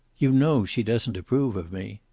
you know she doesn't approve of me.